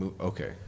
Okay